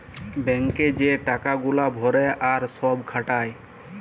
bank এ যে টাকা গুলা ভরে আর সব খাটায়